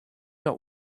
not